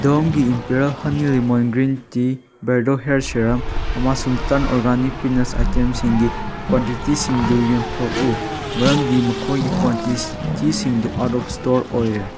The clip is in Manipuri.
ꯑꯗꯣꯝꯒꯤ imperial honey lemon green tea ꯕꯤꯌꯔꯗꯣ ꯍꯤꯌꯔ ꯁꯦꯔꯨꯝ ꯑꯃꯁꯨꯡ ꯇꯔꯟ ꯑꯣꯔꯒꯥꯅꯤꯛ ꯄꯤꯅꯠꯁ ꯑꯥꯏꯇꯦꯝꯁꯤꯡꯒꯤ ꯀ꯭ꯋꯥꯟꯇꯤꯇꯤꯁꯤꯡꯗꯨ ꯌꯣꯟꯊꯣꯛꯎ ꯃꯔꯝꯗꯤ ꯃꯈꯣꯏꯒꯤ ꯀ꯭ꯋꯥꯟꯇꯤꯇꯤꯁꯤꯡꯗꯨ ꯑꯥꯎꯠ ꯑꯣꯐ ꯏꯁꯇꯣꯛ ꯑꯣꯏꯔꯦ